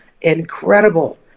Incredible